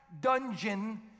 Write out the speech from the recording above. dungeon